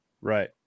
Right